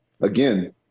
again